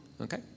Okay